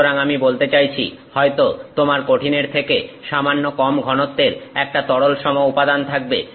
সুতরাং আমি বলতে চাইছি হয়তো তোমার কঠিনের থেকে সামান্য কম ঘনত্বের একটা তরলসম উপাদান থাকবে